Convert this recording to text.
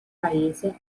paese